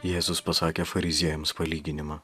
jėzus pasakė fariziejams palyginimą